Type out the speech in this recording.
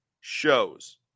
shows